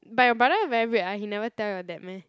but your brother very weird ah he never tell your dad meh